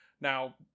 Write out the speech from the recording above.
Now